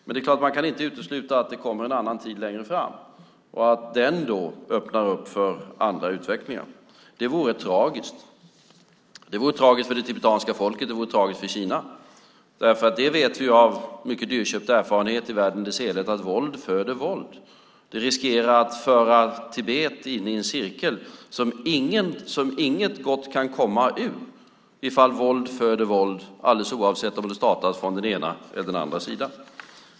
Men man kan naturligtvis inte utesluta att det kommer en annan tid längre fram och att den då öppnar för en annan utveckling. Det vore tragiskt. Det vore tragiskt för det tibetanska folket, och det vore tragiskt för Kina. Vi vet genom mycket dyrköpt erfarenhet i världen i dess helhet att våld föder våld. Det riskerar att föra Tibet in i en cirkel som inget gott kan komma ur ifall våld föder våld alldeles oavsett om det startas från den ena eller den andra sidan.